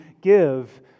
give